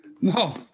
No